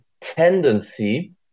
tendency